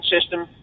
system